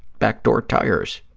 back-door tires.